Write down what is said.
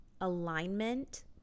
alignment